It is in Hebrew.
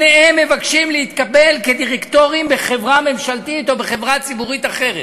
שניהם מבקשים להתקבל כדירקטורים בחברה ממשלתית או בחברה ציבורית אחרת,